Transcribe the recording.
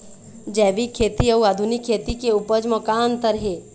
जैविक खेती अउ आधुनिक खेती के उपज म का अंतर हे?